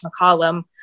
McCollum